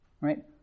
Right